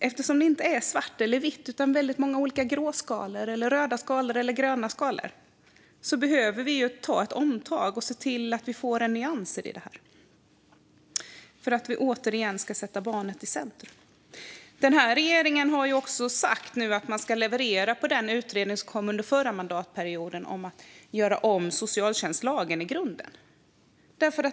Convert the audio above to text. Eftersom det inte är svart eller vitt utan väldigt många olika gråskalor, röda skalor eller gröna skalor behöver vi göra ett omtag och se till att vi får en nyans i det hela för att vi återigen ska sätta barnet i centrum. Regeringen har sagt att man ska leverera på den utredning som kom under förra mandatperioden om att göra om socialtjänstlagen i grunden.